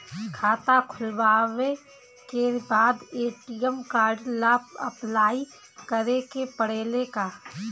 खाता खोलबाबे के बाद ए.टी.एम कार्ड ला अपलाई करे के पड़ेले का?